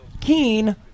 Keen